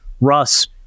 Russ